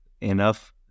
enough